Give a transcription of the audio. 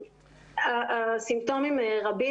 הסימפטומים רבים,